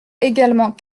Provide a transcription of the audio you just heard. également